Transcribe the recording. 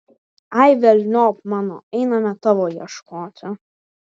ai velniop mano einame tavo ieškoti